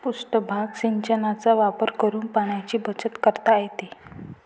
पृष्ठभाग सिंचनाचा वापर करून पाण्याची बचत करता येते